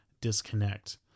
disconnect